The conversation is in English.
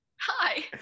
Hi